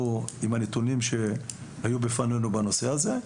עם הנתונים שהיו בפנינו בנושא הזה.